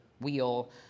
wheel